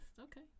okay